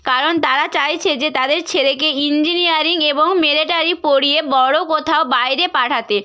কারণ তারা চাইছে যে তাদের ছেলেকে ইঞ্জিনিয়ারিং এবং মিলিটারি পড়িয়ে বড় কোথাও বাইরে পাঠাতে